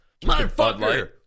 Motherfucker